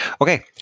okay